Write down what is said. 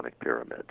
pyramid